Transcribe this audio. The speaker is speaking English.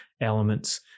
elements